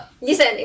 listen